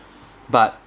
but